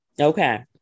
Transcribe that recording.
Okay